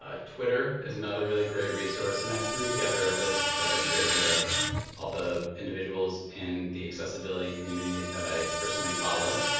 ah twitter is another really great resource. and i threw together a list that i shared here of all the individuals and the accessibility community that i personally follow.